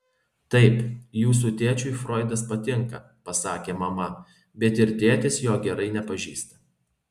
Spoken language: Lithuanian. taip jūsų tėčiui froidas patinka pasakė mama bet ir tėtis jo gerai nepažįsta